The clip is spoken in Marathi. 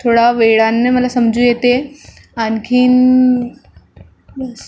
थोडा वेळानं मला समजू येते आणखीन बस